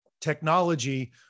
technology